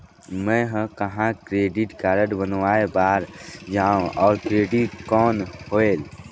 मैं ह कहाँ क्रेडिट कारड बनवाय बार जाओ? और क्रेडिट कौन होएल??